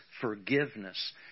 forgiveness